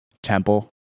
temple